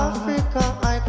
Africa